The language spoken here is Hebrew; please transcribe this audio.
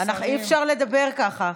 אי-אפשר לדבר ככה.